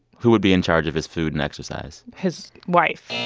who would be in charge of his food and exercise? his wife